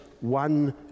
one